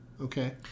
Okay